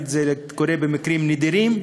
זה קורה במקרים נדירים,